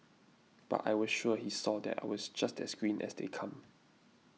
but I was sure he saw that I was just as green as they come